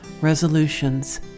resolutions